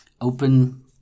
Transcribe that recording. open